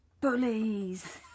Bullies